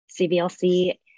CVLC